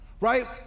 right